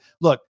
Look